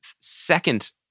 second